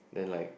then like